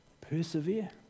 persevere